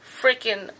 freaking